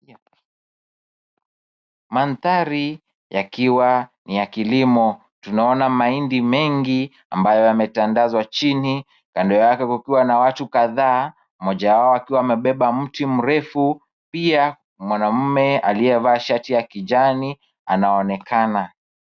Mandhari yakiwa ni ya kilimo, tunaona mahindi mengi ambayo yametandazwa chini kando yake kukiwa na watu kadhaa mmoja wao akiwa amebeba mti mrefu. Pia mwanaume aliyevaa shati ya kijani anaonekana.